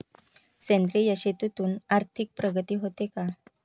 सेंद्रिय शेतीतून आर्थिक प्रगती होते का?